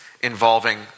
involving